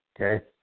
okay